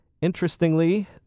Interestingly